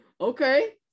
Okay